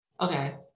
Okay